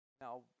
Now